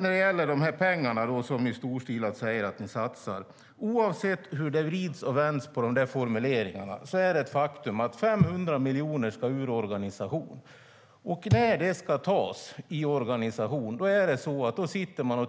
När det gäller de pengar som ni storstilat säger att ni satsar är det oavsett hur det vrids och vänds på formuleringarna ett faktum att 500 miljoner ska ur organisationen. När det ska ske tittar man